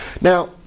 Now